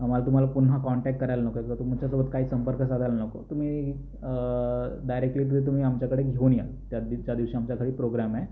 आम्हाला तुम्हाला पुन्हा कॉन्टॅक करायला नकोय जर तुमच्यासोबत काही संपर्क साधायला नको तुम्ही डायरेक्टली की तुम्ही आमच्याकडे घेऊन या त्यात त्या दिवशी आमच्या घरी प्रोग्रॅम आहे